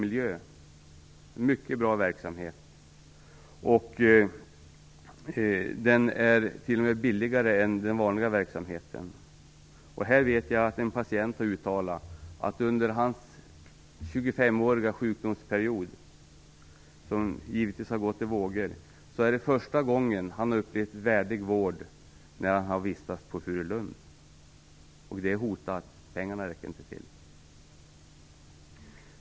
Det är en mycket bra verksamhet som t.o.m. är billigare än den vanliga verksamheten. En patient har uttalat att under hans 25-åriga sjukdomsperiod är det första gången som han har upplevt en värdig vård när han har vistats på Furulund. Nu är Furulund hotat. Pengarna räcker inte till.